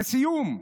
לסיום,